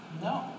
No